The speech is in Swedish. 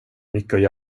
mycket